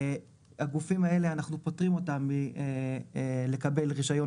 הגופים האלה אנחנו פוטרים אותם מלקבל רישיון